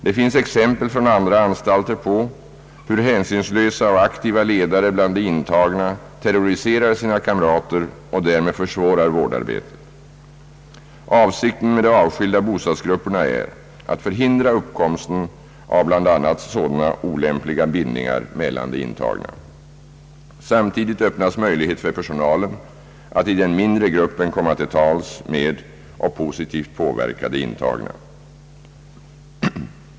Det finns exempel från andra anstalter på hur hänsynslösa och aktiva ledare bland de intagna terroriserar sina kamrater och därmed försvårar vårdarbetet. Avsikten med de avskilda bostadsgrupperna är att hindra uppkomsten av bl.a. sådana olämpliga bindningar mellan de intagna. Samtidigt öppnas möjlighet för personalen att i den mindre gruppen komma till tals med och positivt påverka de intagna.